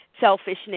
Selfishness